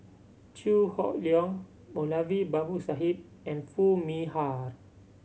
Chew Hock Leong Moulavi Babu Sahib and Foo Mee Har